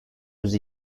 yüz